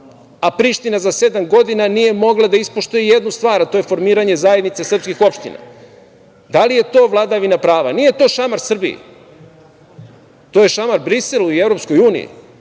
a Priština za sedam godina nije mogla da ispoštuje jednu stvar, a to je formiranje zajednice srpskih opština. Da li je to vladavina prava? Nije to šamar Srbiji, to je šamar Briselu i EU,